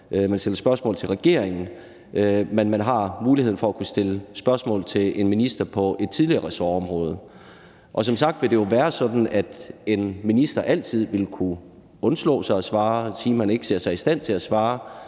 man stiller spørgsmål til regeringen, men at man også har muligheden for at kunne stille spørgsmål til en minister på et tidligere ressortområde. Og som sagt vil det være sådan, at en minister altid vil kunne undslå sig for at svare og sige, at man ikke ser sig i stand til at svare,